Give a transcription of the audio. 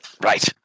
Right